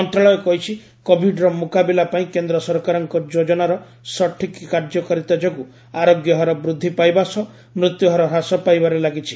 ମନ୍ତ୍ରଣାଳୟ କହିଛି କୋବିଡ୍ର ମୁକାବିଲା ପାଇଁ କେନ୍ଦ୍ର ସରକାରଙ୍କ ଯୋଜନାର ସଠିକ୍ କାର୍ଯ୍ୟକାରୀତା ଯୋଗୁଁ ଆରୋଗ୍ୟହାର ବୃଦ୍ଧି ପାଇବା ସହ ମୃତ୍ୟୁହାର ହ୍ରାସ ପାଇବାରେ ଲାଗିଛି